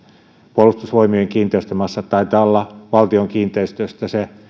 puolustusvoimien kiinteistömassat taitavat olla valtion kiinteistöistä se